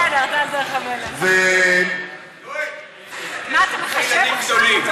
אתה כבר בסדר, יואל, חכה שיהיו לך ילדים גדולים.